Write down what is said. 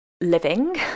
living